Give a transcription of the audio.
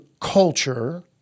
culture